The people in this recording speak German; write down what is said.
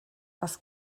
was